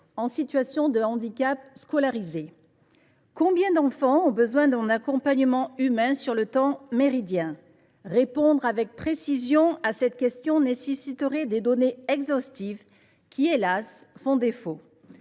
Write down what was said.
en situation de handicap scolarisés. Combien d’enfants ont besoin d’un accompagnement humain sur le temps méridien ? Répondre avec précision à une telle question nécessiterait de disposer de données exhaustives qui – hélas !– font défaut.